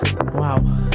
Wow